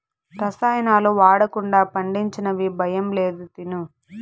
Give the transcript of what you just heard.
రసాయనాలు వాడకుండా పండించినవి భయం లేదు తిను